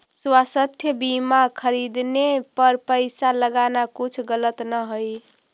स्वास्थ्य बीमा खरीदने पर पैसा लगाना कुछ गलत न हई